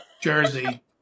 Jersey